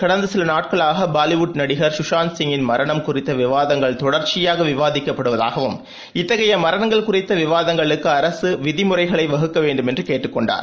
கடந்த சில நாட்களாக பாலிவுட் நடிகர் சுஷாந்த் சிங் கிள் மரணம் குறித்த விவாதங்கள் தொடர்ச்சியாக விவாதிக்கப்படுவதாகவும் இத்தகைய மரணங்கள் குறித்த விவாதங்களுக்கு அரசு விதிமுறைகளை வகுக்க வேண்டும் என்றும் கேட்டுக்கொண்டார்